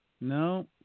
No